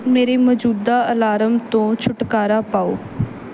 ਮੇਰੇ ਮੌਜੂਦਾ ਅਲਾਰਮ ਤੋਂ ਛੁਟਕਾਰਾ ਪਾਓ